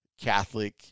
Catholic